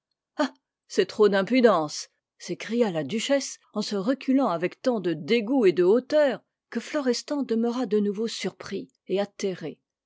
ah c'est trop d'impudence s'écria la duchesse en se reculant avec tant de dégoût et de hauteur que florestan demeura de nouveau surpris et atterré